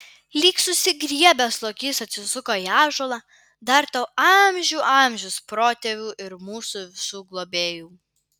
lyg susigriebęs lokys atsisuko į ąžuolą dar tau amžių amžius protėvių ir mūsų visų globėjau